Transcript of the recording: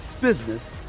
business